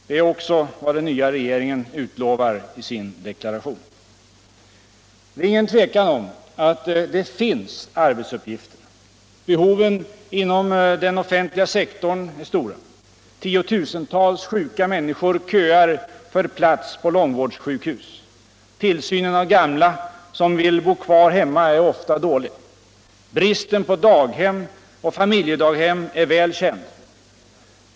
Det är också vad den nya regeringen utlovar i sin deklaration. Det är inget tvivel om att det finns arbetsuppgifter. Behoven inom den offentliga sektorn är stora. Tiotusentals sjuka människor köar för plats på långvårdssjukhus. Tillsynen av gamla som vill bo kvar hemma är ofta dålig. Bristen på daghem och familjedaghem är väl känd.